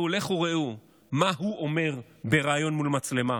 לכו ראו מה אומר בריאיון מול המצלמה.